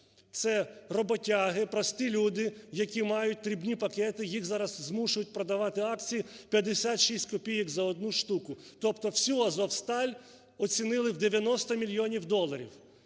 Це роботяги, прості люди, які мають дрібні пакети, їх зараз змушують продавати акції 56 копійок за одну штуку. Тобто всю "Азовсталь" оцінили в 90 мільйонів доларів.